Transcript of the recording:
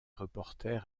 reporter